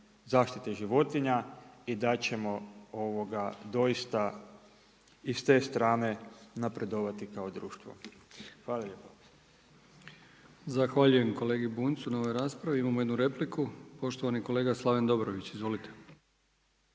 zaštite životinja i da ćemo doista iz te strane napredovati kao društvo. Hvala lijepa. **Brkić, Milijan (HDZ)** Zahvaljujem kolegi Bunjcu na ovoj raspravi. Imamo jednu repliku, poštovani kolega Slaven Dobrović. Izvolite.